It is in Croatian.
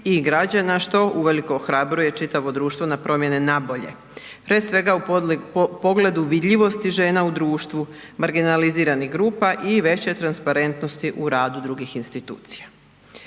i građana što uvelike ohrabruje čitavo društvo na promjene na bolje, prije svega u pogledu vidljivosti žena u društvu, marginaliziranih grupa i veće transparentnosti u radu drugih institucija.